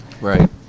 Right